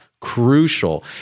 crucial